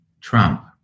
Trump